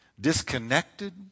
disconnected